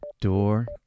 door